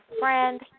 friend